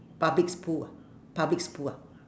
public's pool ah public's pool ah